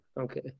okay